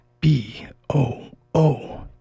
B-O-O